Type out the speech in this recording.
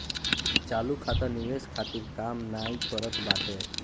चालू खाता निवेश खातिर काम नाइ करत बाटे